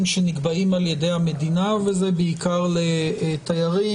שנקבעים על ידי המדינה וזה בעיקר לתיירים,